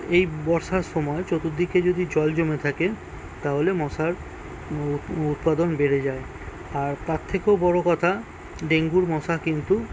এই বর্ষার সময় চতুর্দিকে যদি জল জমে থাকে তাহলে মশার উৎপাদন বেড়ে যায় আর তার থেকেও বড় কথা ডেঙ্গুর মশা কিন্তু